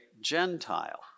Gentile